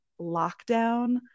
lockdown